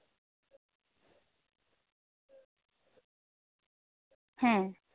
ᱦᱮᱸ